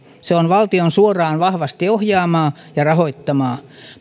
se on valtion suoraan vahvasti ohjaamaa ja rahoittamaa